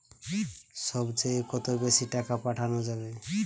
সব চেয়ে কত বেশি টাকা পাঠানো যাবে?